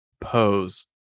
pose